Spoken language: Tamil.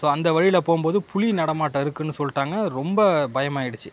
ஸோ அந்த வழியில் போகும் போது புலி நடமாட்டம் இருக்குன்னு சொல்லிட்டாங்க ரொம்ப பயமாயிடுச்சு